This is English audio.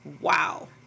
Wow